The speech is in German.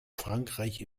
frankreich